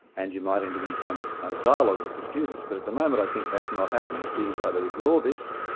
and you might enter into some kind of dialogue with the students, but at the moment i think that's not happening. students either ignore this,